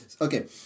Okay